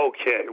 Okay